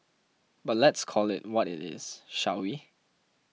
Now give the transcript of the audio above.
but let's call it what it is shall we